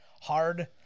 Hard